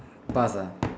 pass ah